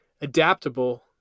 adaptable